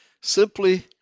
Simply